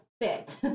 fit